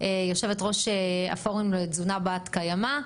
יושבת ראש הפורום לתזונה בת קיימא.